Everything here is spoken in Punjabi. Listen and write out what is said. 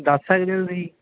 ਦੱਸ ਸਕਦੇ ਹੋ ਤੁਸੀਂ